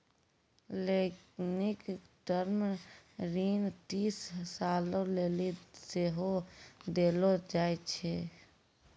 लेनिक टर्म ऋण तीस सालो लेली सेहो देलो जाय छै